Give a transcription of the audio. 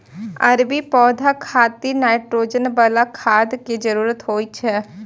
अरबी के पौधा खातिर नाइट्रोजन बला खाद के जरूरत होइ छै